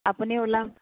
আপুনি